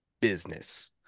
business